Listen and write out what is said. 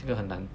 这个很难